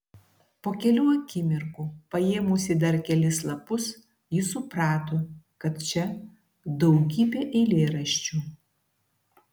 po kelių akimirkų paėmusi dar kelis lapus ji suprato kad čia daugybė eilėraščių